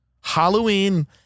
Halloween